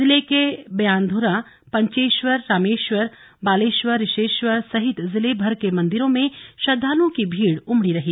जिले के ब्यानधुरा पंचेश्वर रामेश्वर बालेश्वर रिषेश्वर सहित जिले भर के मन्दिरों में श्रद्वालुओं की भीड़ उमड़ी रही